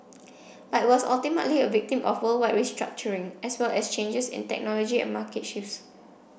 but it was ultimately a victim of worldwide restructuring as well as changes in technology and market shifts